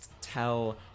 tell